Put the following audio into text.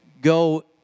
go